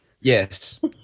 Yes